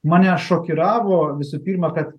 mane šokiravo visų pirma kad